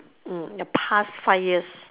mm the past five years